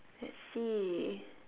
let's see